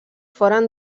foren